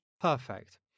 Perfect